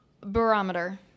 barometer